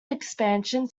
expansion